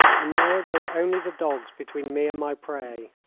and now there were only the dogs between me and my prey.